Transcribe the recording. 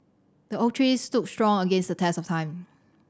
the oak tree stood strong against the test of time